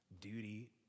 duty